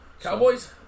Cowboys